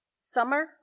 Summer